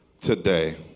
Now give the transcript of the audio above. today